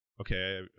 okay